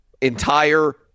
entire